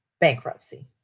bankruptcy